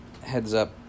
heads-up